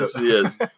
yes